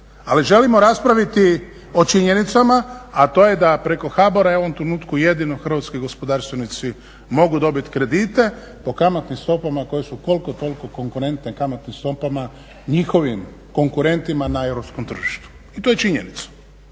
Ali želimo raspraviti o činjenicama, a to je da preko HBOR-a u ovom trenutku jedino hrvatski gospodarstvenici mogu dobiti kredite po kamatnim stopama koje su koliko toliko konkurentne kamatnim stopama njihovim konkurentima na europskom tržištu i to je činjenica.